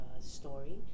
story